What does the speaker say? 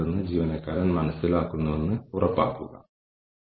ഉദാഹരണത്തിന് നിങ്ങൾക്ക് ഇവിടെ ഒരു ലക്ഷ്യമുണ്ട് മികച്ച ഉപഭോക്തൃ സംതൃപ്തി കൈവരിക്കുക